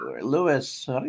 Lewis